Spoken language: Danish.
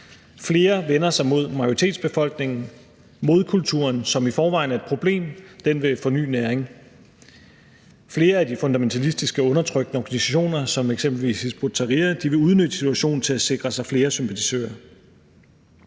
flere vender sig mod majoritetsbefolkningen. Modkulturen, som i forvejen er et problem, vil få ny næring. Flere af de fundamentalistiske og undertrykkende organisationer som eksempelvis Hizb ut-Tahrir vil udnytte situationen til at sikre sig flere sympatisører.